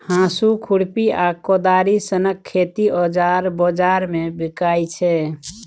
हाँसु, खुरपी आ कोदारि सनक खेतीक औजार बजार मे बिकाइ छै